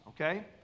Okay